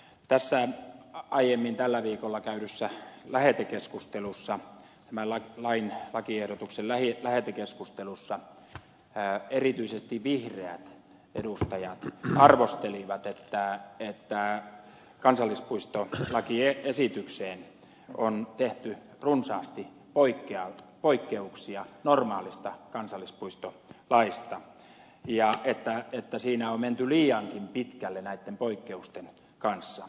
tässä aiemmin tällä viikolla käydyssä tämän lakiehdotuksen lähetekeskustelussa erityisesti vihreät edustajat arvostelivat että kansallispuistolakiesitykseen on tehty runsaasti poikkeuksia normaalista kansallispuistolaista ja että siinä on menty liiankin pitkälle näitten poikkeusten kanssa